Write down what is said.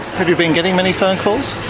have you been getting many phone calls?